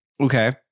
Okay